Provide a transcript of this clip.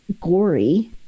gory